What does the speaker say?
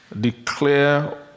declare